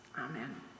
Amen